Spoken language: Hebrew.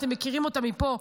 אתם מכירים אותה מפה,